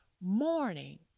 Morning